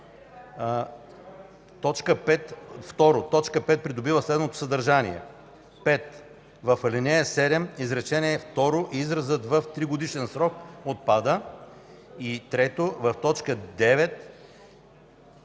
т. 5 придобива следното съдържание: